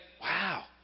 Wow